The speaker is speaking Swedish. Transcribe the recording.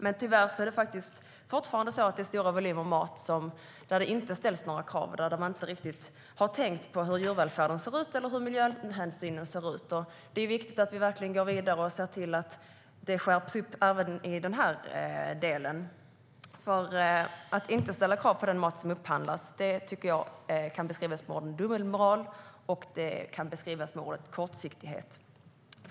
Men tyvärr upphandlas fortfarande stora volymer mat där det inte ställs några krav och där man inte riktigt har tänkt på hur djurvälfärden eller miljöhänsynen ser ut. Det är därför viktigt att vi går vidare och verkligen ser till att kraven skärps även i de delarna. Att inte ställa krav på den mat som upphandlas kan beskrivas med orden dubbelmoral och kortsiktighet.